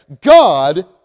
God